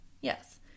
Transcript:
Yes